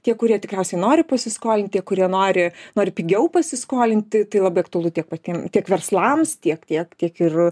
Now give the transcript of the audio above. tie kurie tikriausiai nori pasiskolint tie kurie nori nori pigiau pasiskolinti tai labai aktualu tiek patiem tiek verslams tiek tiek tiek ir